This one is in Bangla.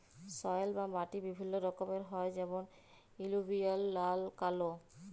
সয়েল বা মাটি বিভিল্য রকমের হ্যয় যেমন এলুভিয়াল, লাল, কাল ইত্যাদি